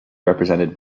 represented